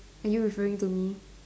are you referring to me